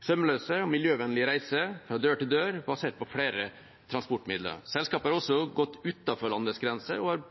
sømløse og miljøvennlige reiser, fra dør til dør, basert på flere transportmidler. Selskapet har også gått utenfor landets grenser, og har